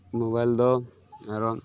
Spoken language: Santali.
ᱢᱚᱵᱟᱭᱤᱞ ᱫᱚ ᱟᱨᱚ